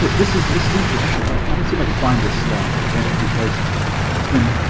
but this is this is interesting. actually, i'm gonna see if i can find this slide. okay, because in